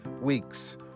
weeks